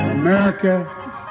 America